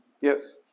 Yes